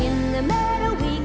in the